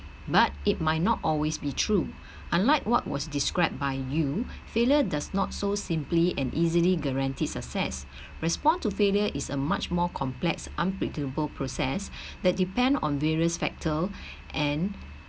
but it might not always be true unlike what was described by you failure does not so simply and easily guaranteed success respond to failure is a much more complex unpredictable process that depend on various factor and